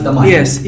yes